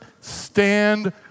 stand